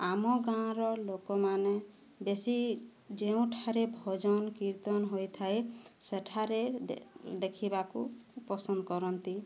ଆମ ଗାଁର ଲୋକମାନେ ବେଶି ଯେଉଁଠାରେ ଭଜନ କୀର୍ତ୍ତନ ହୋଇଥାଏ ସେଠାରେ ଦେଖିବାକୁ ପସନ୍ଦ କରନ୍ତି